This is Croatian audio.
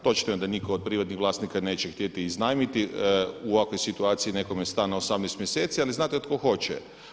Točno je da nitko od privatnih vlasnika neće htjeti iznajmiti u ovakvoj situaciji nekome stan na 18 mjeseci, ali znate tko hoće?